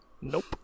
Nope